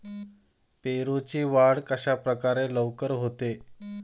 पेरूची वाढ कशाप्रकारे लवकर होते?